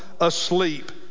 asleep